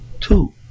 Two